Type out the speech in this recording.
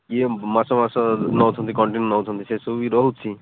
କିଏ ମାସ ମାସ ନେଉଛନ୍ତି କଣ୍ଟିନ୍ୟୁ ନେଉଛନ୍ତି ସେ ସବୁ ବି ରହୁଛି